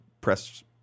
press